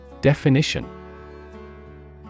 Definition